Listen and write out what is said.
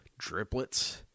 driplets